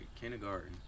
kindergarten